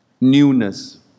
NEWNESS